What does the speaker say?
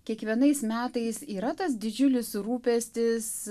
kiekvienais metais yra tas didžiulis rūpestis